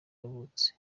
yavutse